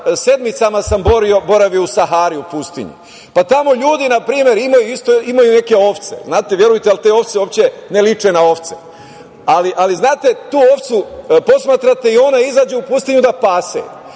sedmicama sam boravio u Sahari i u Pustinji. Tamo ljudi imaju isto neke ovce, ali verujte mi, te ovce uopšte ne liče na ovce. Znate, tu ovcu posmatrate i ona izađe u pustinju da pase